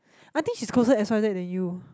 I think she's closer X_Y_Z than you